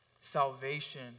salvation